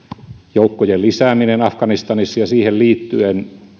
joukkojen lisääminen afganistanissa ja siihen liittyen